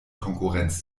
konkurrenz